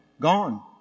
Gone